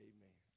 Amen